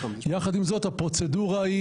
יחד עם זאת הפרוצדורה היא,